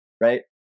right